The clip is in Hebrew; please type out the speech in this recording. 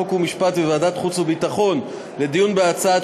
חוק ומשפט וועדת החוץ והביטחון לדיון בהצעת